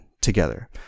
together